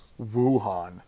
Wuhan